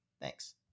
Thanks